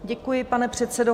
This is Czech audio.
Děkuji, pane předsedo.